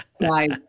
guys